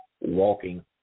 walking